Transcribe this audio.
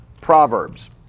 Proverbs